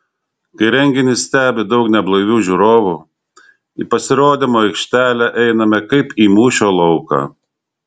kai renginį stebi daug neblaivių žiūrovų į pasirodymo aikštelę einame kaip į mūšio lauką